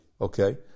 okay